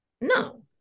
No